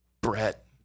Brett